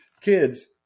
Kids